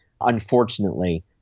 unfortunately